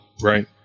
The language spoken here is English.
Right